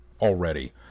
already